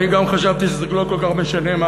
גם אני חשבתי שזה לא כל כך משנה מה